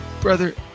brother